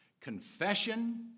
confession